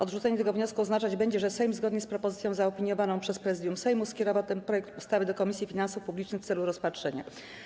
Odrzucenie tego wniosku oznaczać będzie, że Sejm, zgodnie z propozycją zaopiniowaną przez Prezydium Sejmu, skierował ten projekt ustawy do Komisji Finansów Publicznych w celu rozpatrzenia.